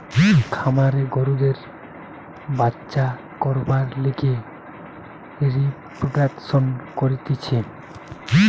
খামারে গরুদের বাচ্চা করবার লিগে রিপ্রোডাক্সন করতিছে